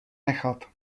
nechat